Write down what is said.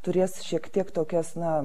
turės šiek tiek tokias na